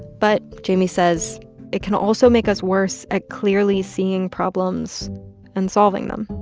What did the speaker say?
but jamie says it can also make us worse at clearly seeing problems and solving them